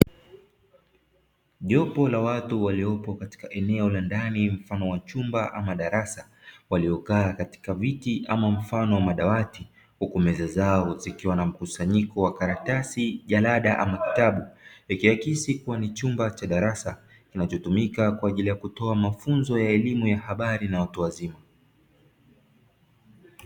Jopo la watu waliopo katika eneo la ndani, mfano wa chumba au darasa, waliokaa katika viti kama mfano wa madawati, huku meza zao zikiwa na mkusanyiko wa karatasi, jalada au kitabu pekee; inahisi kuwa ni chumba cha darasa kinachotumika kwa ajili ya kutoa mafunzo ya elimu ya habari na watu wazima.